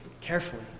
carefully